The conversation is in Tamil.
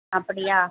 அப்படியா